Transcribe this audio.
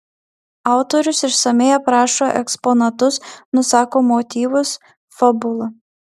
autorius išsamiai aprašo eksponatus nusako motyvus fabulą